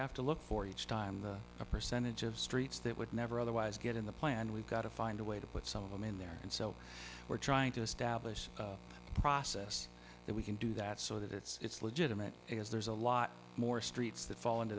have to look for each time a percentage of streets that would never otherwise get in the plan we've got to find a way to put some of them in there and so we're trying to establish a process that we can do that so that it's legitimate because there's a lot more streets that fall into